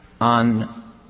on